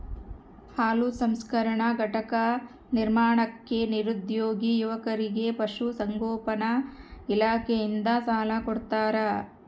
ಹಾಲು ಸಂಸ್ಕರಣಾ ಘಟಕ ನಿರ್ಮಾಣಕ್ಕೆ ನಿರುದ್ಯೋಗಿ ಯುವಕರಿಗೆ ಪಶುಸಂಗೋಪನಾ ಇಲಾಖೆಯಿಂದ ಸಾಲ ಕೊಡ್ತಾರ